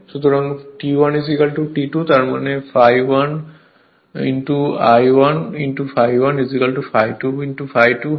সুতরাং T1 T2 তার মানে ∅1 I 1 ∅ 1 ∅2 ∅2 হয়